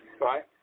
right